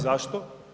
Zašto?